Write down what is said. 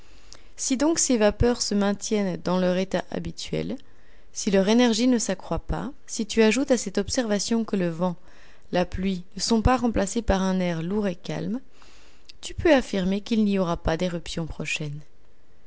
si donc ces vapeurs se maintiennent dans leur état habituel si leur énergie ne s'accroît pas si tu ajoutes à cette observation que le vent la pluie ne sont pas remplacés par un air lourd et calme tu peux affirmer qu'il n'y aura pas d'éruption prochaine